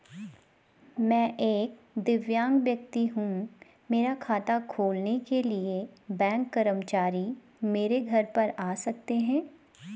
मैं एक दिव्यांग व्यक्ति हूँ मेरा खाता खोलने के लिए बैंक कर्मचारी मेरे घर पर आ सकते हैं?